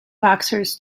boxers